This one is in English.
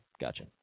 Gotcha